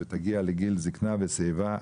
ותגיע לגיל זקנה ושיבה,